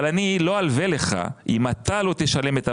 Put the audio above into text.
אבל אני לא אלווה לך אם אתה לא תשלם.